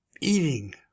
eating